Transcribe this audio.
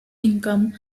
income